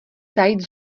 zajít